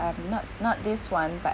um not not this one but